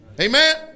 Amen